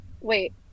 wait